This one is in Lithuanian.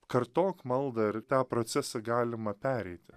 kartok maldą ir tą procesą galima pereiti